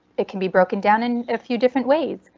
it can be broken down in a few different ways.